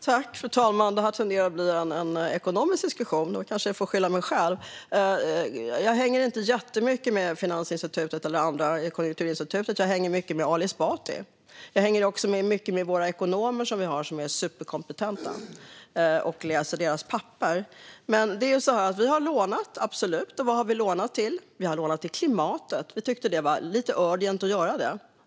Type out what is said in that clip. Fru talman! Det här tenderar att bli en ekonomisk diskussion. Jag kanske får skylla mig själv. Jag hänger inte jättemycket med Konjunkturinstitutet. Jag hänger mycket med Ali Esbati. Jag hänger också mycket med våra ekonomer, som är superkompetenta, och jag läser deras papper. Vi har lånat, absolut. Vad har vi lånat till? Vi har lånat till klimatet. Vi tyckte att det var lite urgent att göra det.